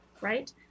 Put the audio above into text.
right